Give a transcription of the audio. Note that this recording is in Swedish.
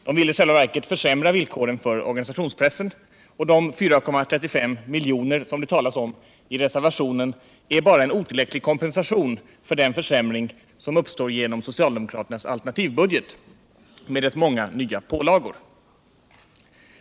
De vill i själva verket försämra villkoren för organisationspressen, och de 4,35 miljoner som det talas om i reservationen är bara en otillräcklig kompensation för den försämring som uppstår genom socialdemokraternas alternativbudget med dessa många nya pålagor.